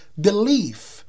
belief